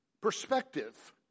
perspective